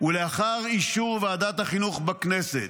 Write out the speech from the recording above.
ולאחר אישור ועדת החינוך בכנסת.